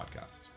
Podcast